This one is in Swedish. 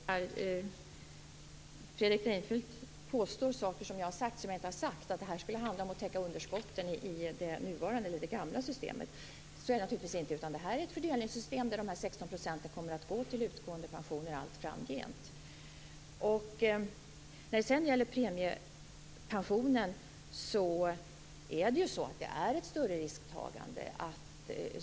Fru talman! Fredrik Reinfeldt påstår att jag har sagt saker som jag inte har sagt, nämligen att det skulle handla om att täcka underskotten i det gamla systemet. Så är det naturligtvis inte. Det här är ett fördelningssystem där dessa 16 % kommer att gå till utgående pensioner allt framgent. Premiepensionen innebär ett större risktagande.